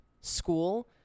school